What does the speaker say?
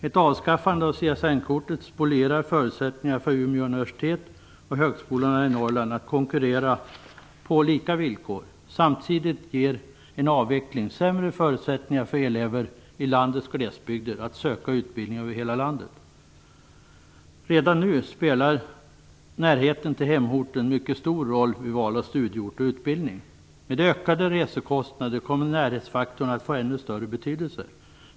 Ett avskaffande av CSN-kortet spolierar förutsättningarna för Umeå universitet och högskolorna i Norrland att konkurrera på lika villkor. Samtidigt ger en avveckling sämre förutsättningar för elever i landets glesbygder att söka utbildning över hela landet. Redan nu spelar närheten till hemorten mycket stor roll vid val av studieort och utbildning. Med ökade resekostnader kommer närhetsfaktorn att få en ännu större betydelse.